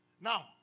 now